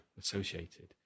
associated